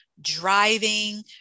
Driving